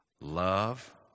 Love